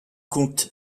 compte